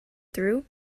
through